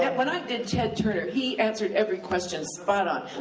when i did ted turner, he answered every question spot on.